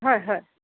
হয় হয়